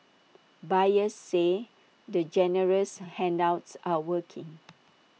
buyers say the generous handouts are working